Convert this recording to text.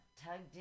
tugged